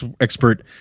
expert